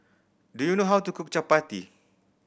do you know how to cook chappati